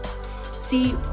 See